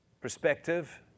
perspective